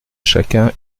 chacun